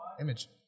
Image